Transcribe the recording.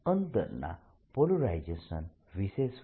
અંદરના પોલરાઇઝેશન વિશે શું